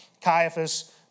Caiaphas